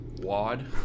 wad